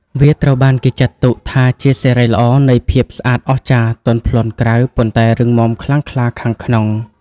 វាត្រូវបានគេចាត់ទុកថាជាសិរីល្អនៃភាពស្អាតអស្ចារ្យ ទន់ភ្លន់ក្រៅ ប៉ុន្តែរឹងមាំខ្លាំងក្លាខាងក្នុង។